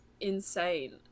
insane